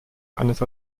eines